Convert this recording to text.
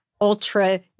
ultra